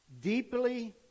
Deeply